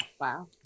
Wow